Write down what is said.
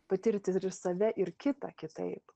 patirti save ir kitą kitaip